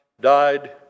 died